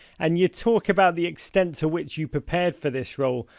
and you talk about the extent to which you prepared for this role.